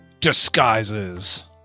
Disguises